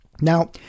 Now